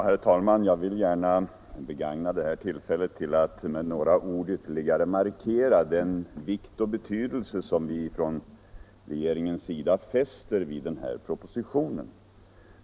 Herr talman! Jag vill gärna begagna tillfället att med några ord ytterligare markera den vikt och betydelse som vi från regeringens sida fäster vid den här propositionen.